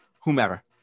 whomever